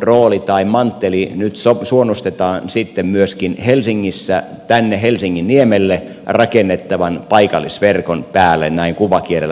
rooli tai mantteli nyt sonnustetaan sitten myöskin helsingissä helsinginniemelle rakennettavan paikallisverkon päälle näin kuvakielellä sanottuna